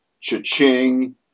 cha-ching